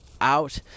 out